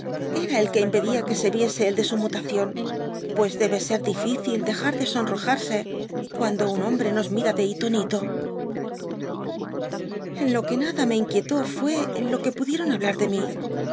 era el que impedia que se viese el de su mutación pues debe ser difícil dejar de sonrojarse cuando un hombre nos mira de hito en hito lo que nada me inquietó fué lo que pudieron hablar de mí